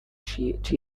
chief